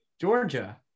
Georgia